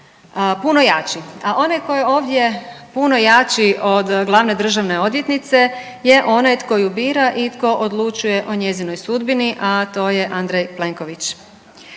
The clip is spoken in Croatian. puno jači. A onaj tko je ovdje puno jači od glavne državne odvjetnice je onaj tko ju bira i tko odlučuje o njezinoj sudbini, a to je Andrej Plenković.